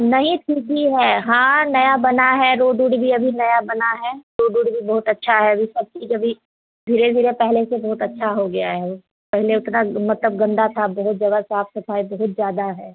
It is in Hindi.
नहीं सीधी है हाँ नई बनी है रोड उड भी अभी नई बनी है रोड उड भी बहुत अच्छी है अभी सब चीज़ अभी धीरे धीरे पहले से बहुत अच्छी हो गई है पहले उतना मतलब गन्दा था अब बहुत ज़्यादा साफ़ सफ़ाई बहुत ज़्यादा है